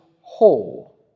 whole